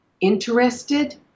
interested